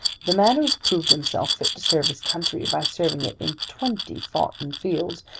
the man who has proved himself fit to serve his country by serving it in twenty foughten fields,